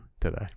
today